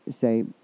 say